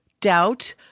doubt